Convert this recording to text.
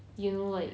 you know like